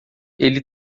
ele